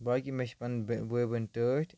باقٕے مےٚ چھِ پَنٕنۍ بٲے بینہِ ٹٲٹھ